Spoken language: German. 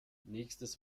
nächstes